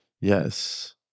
Yes